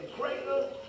greater